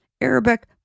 Arabic